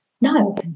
no